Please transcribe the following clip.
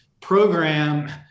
program